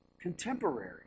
contemporary